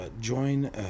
Join